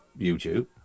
YouTube